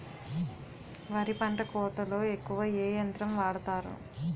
వరి పంట కోతలొ ఎక్కువ ఏ యంత్రం వాడతారు?